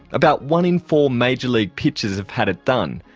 about one in four major league pitchers have had it done.